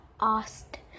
asked